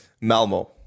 Malmo